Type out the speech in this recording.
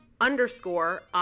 underscore